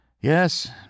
Yes